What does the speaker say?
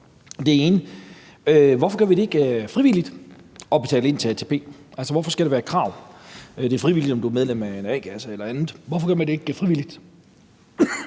Det ene er: Hvorfor gør vi det ikke frivilligt at betale ind til ATP, altså hvorfor skal det være et krav? Det er frivilligt, om du er medlem af en a-kasse eller andet. Hvorfor gør man det ikke frivilligt?